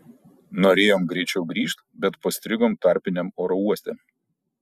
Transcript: norėjom greičiau grįžt bet pastrigom tarpiniam oro uoste